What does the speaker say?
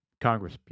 Congress